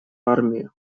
армию